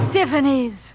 Tiffany's